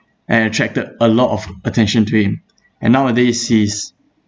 and attracted a lot of attention to him and nowadays he's